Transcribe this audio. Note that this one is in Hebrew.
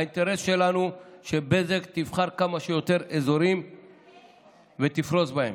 האינטרס שלנו שבזק תבחר כמה שיותר אזורים ותפרוס בהם.